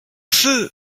feu